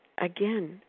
again